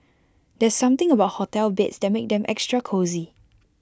there's something about hotel beds that makes them extra cosy